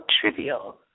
trivial